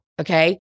okay